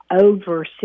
over